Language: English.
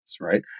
right